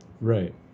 right